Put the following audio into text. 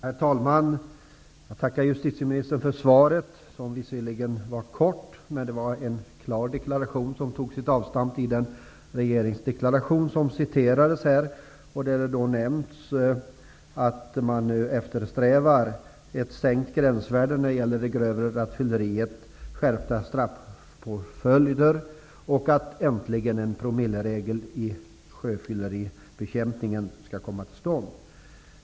Herr talman! Jag tackar justitieministern för svaret, som visserligen var kort, men det var en klar deklaration, som tog sin avstamp i den regeringsdeklaration som citerades. Där nämns att man eftersträvar ett sänkt gränsvärde när det gäller det grövre rattfylleriet, skärpta straffpåföljder och att äntligen en promilleregel i sjöfylleribekämpningen skall komma till stånd.